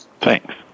Thanks